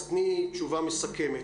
אז תני תשובה מסכמת.